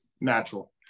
natural